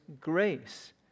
grace